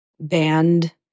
band